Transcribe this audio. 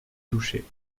touchés